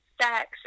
sex